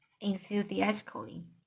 enthusiastically